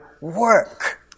work